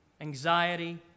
Anxiety